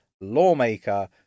lawmaker